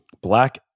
black